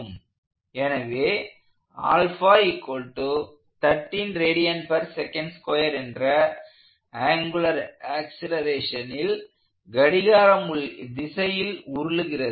எனவே என்ற ஆங்குலர் ஆக்சலேரேஷனில் கடிகார முள் திசையில் உருளுகிறது